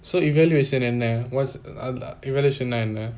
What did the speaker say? so evaluation என்ன:enna what's ah evaluation என்ன:enna